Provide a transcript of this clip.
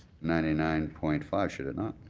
ninety nine point five, should it not?